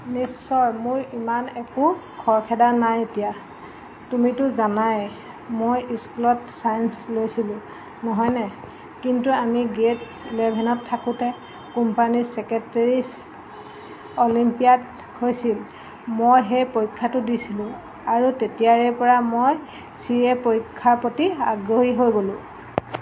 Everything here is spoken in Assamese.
নিশ্চয় মোৰ ইমান একো খৰখেদা নাই এতিয়া তুমিতো জানা মই স্কুলত ছায়েঞ্চ লৈছিলো নহয়নে কিন্তু আমি গ্ৰেড ইলেভেনত থাকোঁতে কোম্পানী ছেক্ৰেটেৰিছ অলিম্পিয়াড হৈছিল মই সেই পৰীক্ষাটো দিছিলোঁ আৰু তেতিয়াৰে পৰা মই চি এ পৰীক্ষাৰ প্ৰতি আগহী হৈ গ'লোঁ